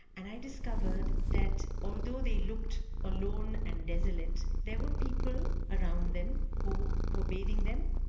and i discovered that although they looked alone and desolate there were people around them who were bathing them,